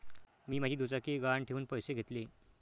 मी माझी दुचाकी गहाण ठेवून पैसे घेतले